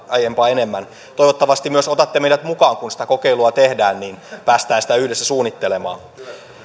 aiempaa enemmän vastakaikua myös hallituspuolueista toivottavasti otatte myös meidät mukaan kun sitä kokeilua tehdään niin päästään sitä yhdessä suunnittelemaan